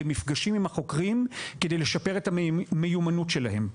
במפגשים עם החוקרים כדי לשפר את המיומנות שלהם.